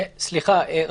סליחה.